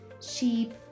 sheep